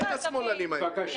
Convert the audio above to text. תביאי.